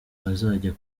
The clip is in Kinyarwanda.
bazajya